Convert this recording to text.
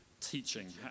teaching